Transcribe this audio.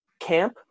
camp